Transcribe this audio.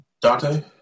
Dante